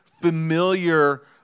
familiar